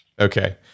Okay